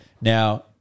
now